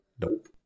Nope